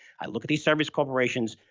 i look at these service corporations.